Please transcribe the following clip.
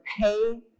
pay